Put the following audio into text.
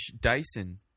Dyson